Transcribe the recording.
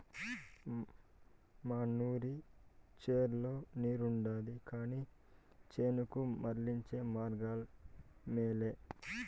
మనూరి చెర్లో నీరుండాది కానీ చేనుకు మళ్ళించే మార్గమేలే